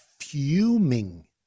fuming